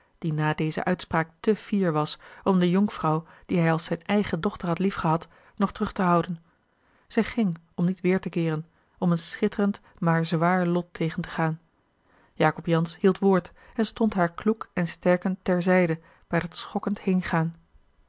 die na deze uitspraak te fier was om de jonkvrouw die hij als zijne eigene dochter had liefgehad nog terug te houden zij ging om niet weêr te keeren om een schitterend maar zwaar lot tegen te gaan jacob jansz hield woord en stond haar kloek en sterkend ter zijde bij dat schokkend heengaan